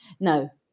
No